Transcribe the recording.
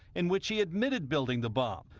and which he admitted building the bomb.